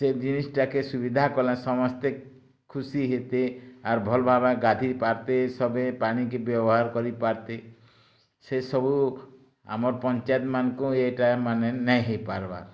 ସେ ଜିନିଷ୍ଟା କେ ସୁବିଧା କଲେ ସମସ୍ତେ ଖୁସି ହେତେ ଆର୍ ଭଲ୍ ଭାବେ ଗାଧେଇ ପାର୍ତେ ସଭିଏଁ ପାନି କି ବ୍ୟବହାର୍ କରି ପାର୍ତେ ସେ ସବୁ ଆମର୍ ପଞ୍ଚାୟତମାନଙ୍କୁ ଏଟା ମାନେ ନାହୋଇପାର୍ବା